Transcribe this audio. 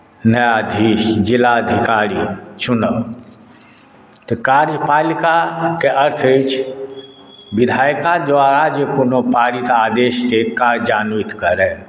न्यायाधीश जिलाधिकारी चुनब तऽ कार्यपालिकाके अर्थ अछि विधायिका द्वारा जे कोनो पारित आदेशके कार्यन्वित करए